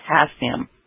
potassium